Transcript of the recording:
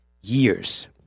years